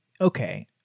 okay